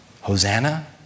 hosanna